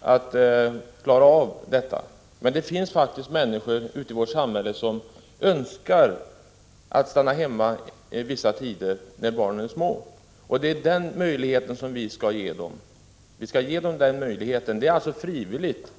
att klara av det, om man inte har någon ersättning under ledighetstiden. Men det finns faktiskt människor ute i vårt samhälle som önskar stanna hemma vissa tider när barnen är små, och vi skall ge dem den möjligheten. Det är alltså frivilligt.